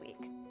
week